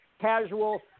casual